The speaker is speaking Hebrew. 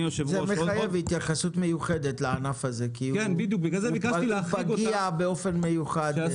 זה מחייב התייחסות מיוחדת לענף הזה כי הוא פגיע באופן מיוחד.